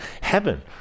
heaven